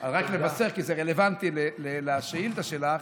רק לבשר, כי זה רלוונטי לשאילתה שלך.